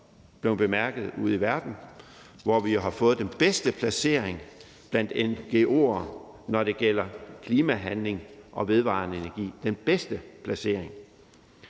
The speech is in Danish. også blevet bemærket ude i verden, hvor vi har fået den bedste placering blandt ngo'er, når det gælder klimahandling og vedvarende energi – den bedste placering.